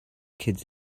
kids